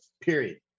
Period